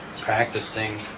practicing